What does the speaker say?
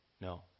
no